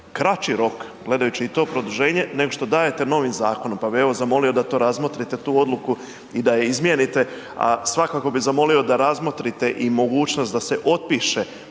kraći rok gledajući i to produženje nego što dajte novim zakonom, pa bi evo zamolio da to razmotrite tu odluku i da je izmijenite. A svakako bih zamolio da razmotrite i mogućnost da se otpiše